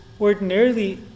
ordinarily